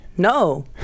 No